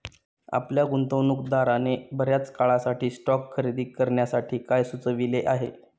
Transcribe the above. आपल्या गुंतवणूकदाराने बर्याच काळासाठी स्टॉक्स खरेदी करण्यासाठी काय सुचविले आहे?